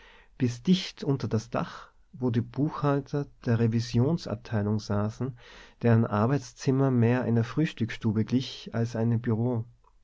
bis dicht unter das dach wo die buchhalter der revisionsabteilung saßen deren arbeitszimmer mehr einer frühstücksstube glich als einem